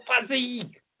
fuzzy